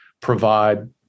provide